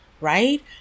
right